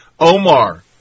Omar